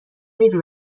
میری